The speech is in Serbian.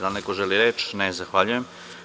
Da li neko želi reč? (Ne) Zahvaljujem.